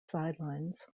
sidelines